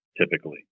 typically